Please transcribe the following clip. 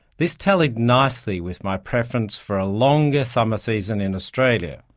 this tallied nicely with my preference for a longer summer season in australia.